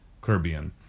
Caribbean